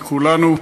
מכולנו,